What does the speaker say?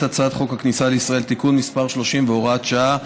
הצעת חוק הכניסה לישראל (תיקון מס' 30 והוראת שעה),